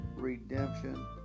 redemption